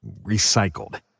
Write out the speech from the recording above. Recycled